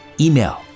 Email